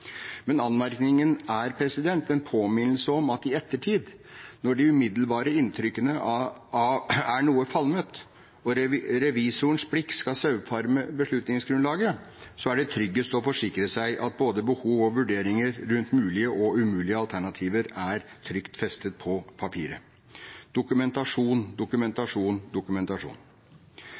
Men anmerkningen er en påminnelse om at i ettertid, når de umiddelbare inntrykkene er noe falmet og revisorenes blikk skal saumfare beslutningsgrunnlaget, er det tryggest å forsikre seg om at både behov og vurderinger rundt mulige og umulige alternativer er trygt festet på papiret – dokumentasjon, dokumentasjon, dokumentasjon.